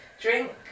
drink